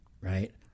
right